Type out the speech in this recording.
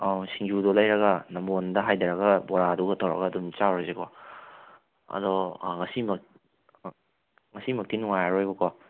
ꯑꯥꯎ ꯁꯤꯡꯖꯨꯗꯣ ꯂꯩꯔꯒ ꯅꯝꯕꯣꯜꯗ ꯍꯥꯏꯊꯔꯒ ꯕꯣꯔꯥꯗꯨꯒ ꯇꯧꯔꯒ ꯑꯗꯨꯝ ꯆꯥꯔꯨꯁꯤꯀꯣ ꯑꯗꯣ ꯉꯁꯤꯃꯛ ꯉꯁꯤꯃꯛꯇꯤ ꯅꯨꯡꯉꯥꯏꯔꯔꯣꯏꯕ ꯀꯣ